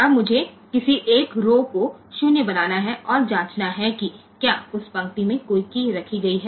अब मुझे किसी एक रौ को 0 बनाना है और जाँचना है कि क्या उस पंक्ति में कोई कीय रखी गई है